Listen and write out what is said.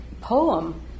poem